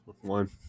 One